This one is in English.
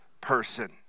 person